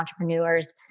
entrepreneurs